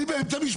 אני באמצע משפט.